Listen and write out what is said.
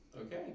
Okay